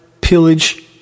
pillage